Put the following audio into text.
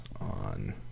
on